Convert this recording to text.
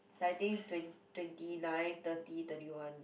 like I think twen~ twenty nine thirty thirty one